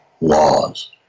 laws